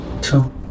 Two